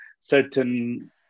certain